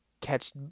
catch